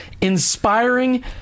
inspiring